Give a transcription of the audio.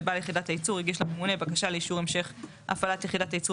ובעל יחידת הייצור הגיש לממונה בקשה לאישור המשך הפעלת יחידת הייצור